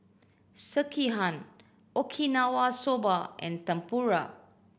Sekihan Okinawa Soba and Tempura